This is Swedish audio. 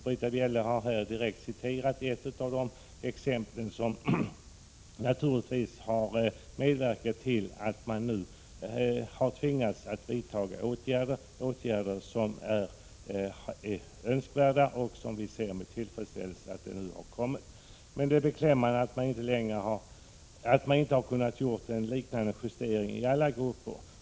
Britta Bjelle har här direkt refererat ett av de fall som naturligtvis medverkar till att regeringen nu tvingats vidta åtgärder — som är önskvärda och som vi ser med tillfredsställelse. Men det är beklämmande att man inte har kunnat göra en liknande justering i alla grupper.